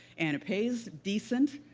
and it pays decent,